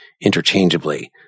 interchangeably